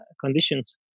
conditions